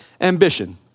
ambition